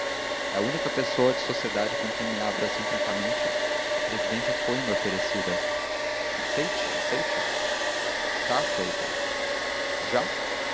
é a única pessoa de sociedade com quem me abro assim francamente a presidência foi-me oferecida aceite aceite está aceita já